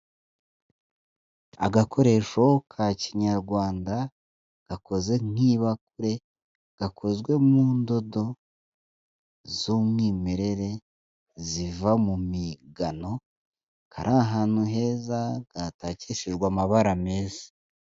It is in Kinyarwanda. Agakoresho ka kinyarwanda gakoze nk'ibakure, gakozwe mu ndodo z'umwimerere ziva mu migano, kari ahantu heza, katakishejwe amabara meza.